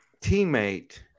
teammate